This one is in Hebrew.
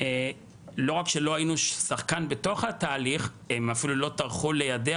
לא רק שלא היינו שחקן בתוך התהליך אלא שהם אפילו לא טרחו ליידע